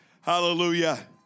Hallelujah